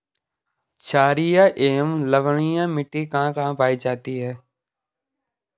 छारीय एवं लवणीय मिट्टी कहां कहां पायी जाती है?